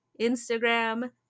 Instagram